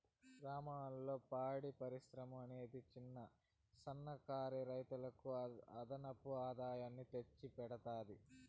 గ్రామాలలో పాడి పరిశ్రమ అనేది చిన్న, సన్న కారు రైతులకు అదనపు ఆదాయాన్ని తెచ్చి పెడతాది